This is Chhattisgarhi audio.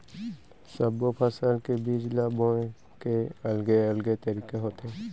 सब्बो फसल के बीजा ल बोए के अलगे अलगे तरीका होथे